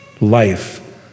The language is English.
Life